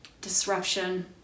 Disruption